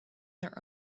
their